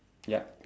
ya